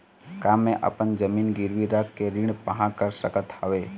का मैं अपन जमीन गिरवी रख के ऋण पाहां कर सकत हावे?